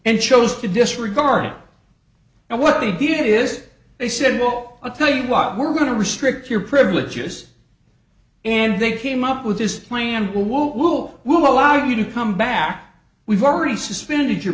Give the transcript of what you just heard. and chose to disregard it and what they did is they said we'll tell you what we're going to restrict your privileges and they came up with this plan will will will will allow you to come back we've already suspended your